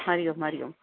Hari Om Hari Om